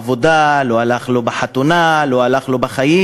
בעבודה, לא הלך לו בחתונה, לא הלך לו בחיים.